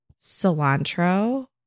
cilantro